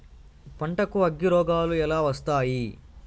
పంటకు అగ్గిరోగాలు ఎలా వస్తాయి?